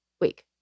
week